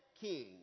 king